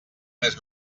més